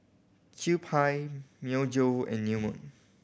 Kewpie Myojo and New Moon